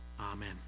Amen